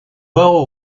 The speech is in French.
haro